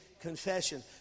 confession